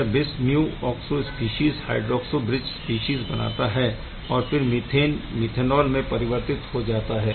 यह bis mu oxo species hydroxo bridge species बनाता है और फिर मीथेन मीथेनॉल में परिवर्तित हो जाता है